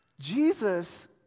Jesus